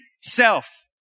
self